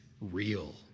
real